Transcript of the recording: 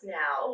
now